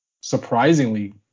surprisingly